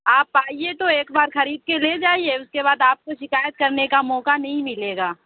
آپ آئیے تو ایک بار خرید کے لے جائیے اس کے بعد آپ کو شکایت کرنے کا موقعہ نہیں ملے گا